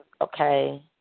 okay